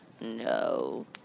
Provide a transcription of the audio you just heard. No